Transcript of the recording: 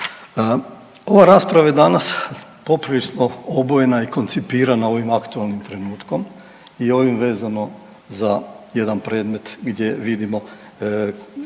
Ova rasprava je danas poprilično obojena i koncipirana ovim aktualnim trenutkom i ovim vezano za jedan predmet gdje vidimo